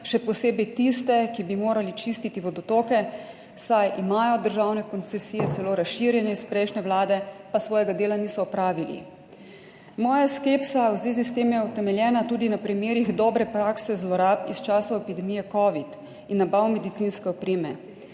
še posebej tiste, ki bi morali čistiti vodotoke, saj imajo državne koncesije, celo razširjene iz prejšnje vlade, pa svojega dela niso opravili. Moja skepsa v zvezi s tem je utemeljena tudi na primerih dobre prakse zlorab iz časov epidemije covid in nabav medicinske opreme.